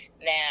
Now